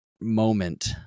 moment